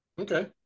Okay